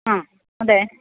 അഹ് അതെ